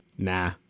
Nah